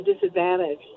disadvantage